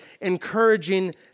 encouraging